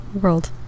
world